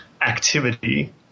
activity